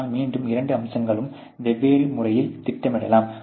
ஆனால் மீண்டும் இரண்டு அம்சங்களையும் வெவ்வேறு முறையில் திட்டமிடலாம்